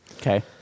okay